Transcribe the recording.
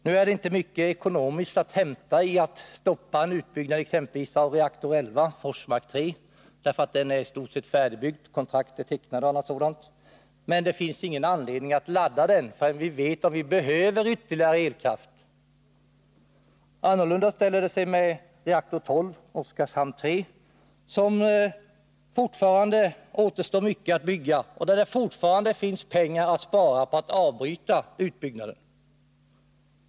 Nu är det inte mycket att hämta ekonomiskt i att stoppa en utbyggnad av exempelvis reaktor 11, Forsmark 3, därför att den i stort sett är färdigbyggd — kontrakt är tecknat och allt sådant. Men det finns ingen anledning att ladda den förrän vi vet om vi behöver ytterligare elkraft. Annorlunda ställer det sig med reaktor 12, Oskarshamn 3, där det fortfarande återstår mycket att bygga och där det finns pengar att spara på att avbryta utbyggnaden.